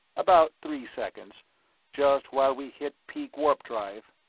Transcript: about three seconds just while we hit peak warp-drive.